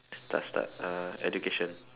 uh education